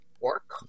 work